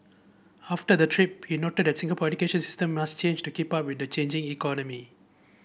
after the trip he noted that Singapore education system must change to keep up with the changing economy